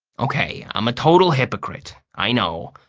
okay, i'm a total hypocrite. i know.